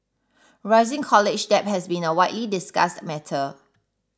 rising college debt has been a widely discussed matter